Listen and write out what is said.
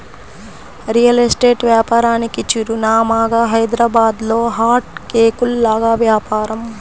real estate వ్యాపారానికి చిరునామాగా హైదరాబాద్లో హాట్ కేకుల్లాగా వ్యాపారం